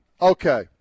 okay